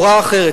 הוראה אחרת,